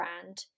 brand